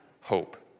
hope